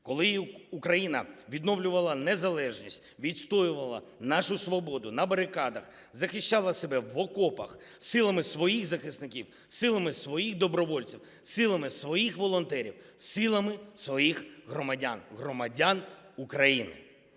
Коли Україна відновлювала незалежність, відстоювала нашу свободу на барикадах, захищала себе в окопах силами своїх захисників, силами своїх добровольців, силами своїх волонтерів, силами своїх громадян – громадян України.